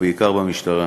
ובעיקר במשטרה.